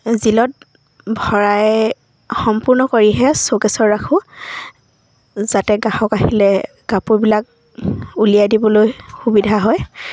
জিলত ভৰাই সম্পূৰ্ণ কৰিহে চৌকেশ্বৰ ৰাখোঁ যাতে গ্ৰাহক আহিলে কাপোৰবিলাক উলিয়াই দিবলৈ সুবিধা হয়